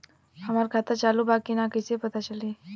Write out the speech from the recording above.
हमार खाता चालू बा कि ना कैसे पता चली?